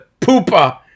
poopa